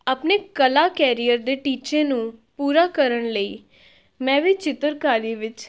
ਆਪਣੀ ਕਲਾ ਕੈਰੀਅਰ ਦੇ ਟੀਚੇ ਨੂੰ ਪੂਰਾ ਕਰਨ ਲਈ ਮੈਂ ਵੀ ਚਿੱਤਰਕਾਰੀ ਵਿੱਚ